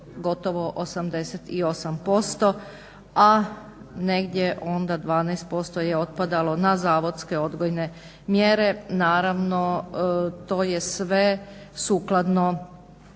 gotovo 88%, a negdje onda 12% je otpadalo na zavodske odgojne mjere. Naravno, to je sve sukladno